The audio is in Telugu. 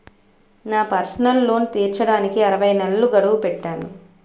నా పర్సనల్ లోన్ తీర్చడానికి అరవై నెలల గడువు పెట్టాను